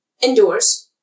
indoors